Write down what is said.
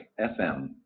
FM